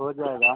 हो जाएगा